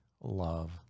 love